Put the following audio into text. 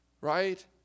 right